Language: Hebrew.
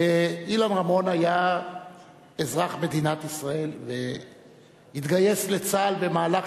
אילן רמון היה אזרח מדינת ישראל והתגייס לצה"ל במהלך